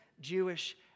Jewish